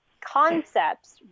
concepts